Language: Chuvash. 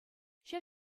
ҫав